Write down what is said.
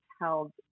held